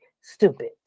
stupid